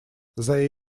they